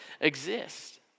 exist